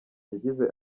yagize